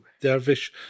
dervish